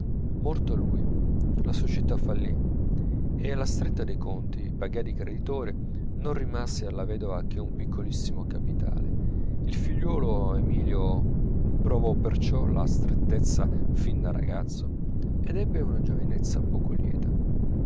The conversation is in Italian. morto lui la società fallì e alla stretta dei conti pagati i creditori non rimase alla vedova che un piccolissimo capitale il figliuolo emilio provò perciò la strettezza fin da ragazzo ed ebbe una giovinezza poco lieta